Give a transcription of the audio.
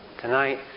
Tonight